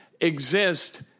exist